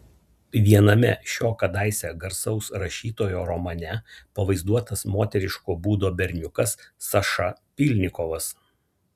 viename šio kadaise garsaus rašytojo romane pavaizduotas moteriško būdo berniukas saša pylnikovas